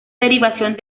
derivación